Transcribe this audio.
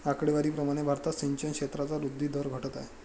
आकडेवारी प्रमाणे भारतात सिंचन क्षेत्राचा वृद्धी दर घटत आहे